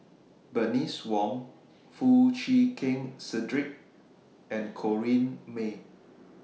Bernice Wong Foo Chee Keng Cedric and Corrinne May